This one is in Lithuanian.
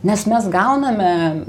nes mes gauname